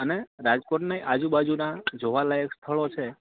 હઁ રાજકોટની આજુબાજુના જોવા લાયક સ્થળો છે